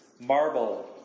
marble